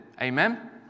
Amen